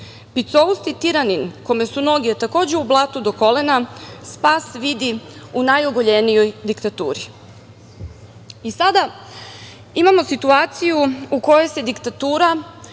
Picousti tiranin, kome su noge takođe u blatu do kolena, spas vidi u najoguljenijoj diktaturi“.Sada imamo situaciju u kojoj se diktatura